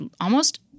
almost-